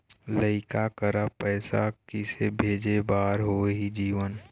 लइका करा पैसा किसे भेजे बार होही जीवन